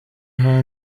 aha